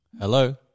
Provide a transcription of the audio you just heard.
Hello